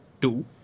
two